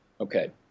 Okay